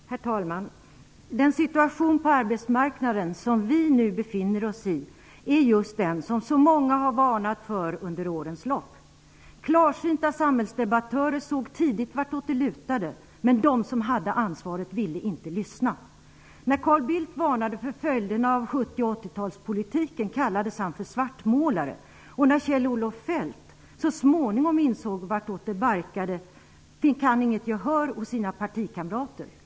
Herr talman! Den situation på arbetsmarknaden som vi nu befinner oss i är just den som så många varnat för under årens lopp. Klarsynta samhällsdebattörer såg tidigt vartåt det lutade, men de som hade ansvaret ville inte lyssna. När Carl Bildt varnade för följderna av 70 och 80 talspolitiken kallades han för svartmålare. När Kjell-Olof Feldt så småningom insåg vartåt det barkade fick han inget gehör hos sina egna partikamrater.